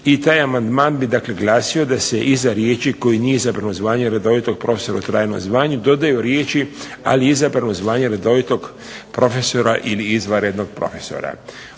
i taj amandman bi dakle glasio da se iza riječi: "koji nije izabrao zvanje redovitog profesora u trajno zvanje" dodaju riječi: "ali je izabrao zvanje redovitog profesora ili izvanrednog profesora".